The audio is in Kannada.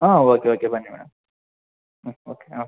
ಹ್ಞೂ ಓಕೆ ಓಕೆ ಬನ್ನಿ ಮೇಡಮ್ ಹ್ಞೂ ಓಕೆ ಹಾಂ ಓಕೆ